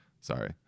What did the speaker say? sorry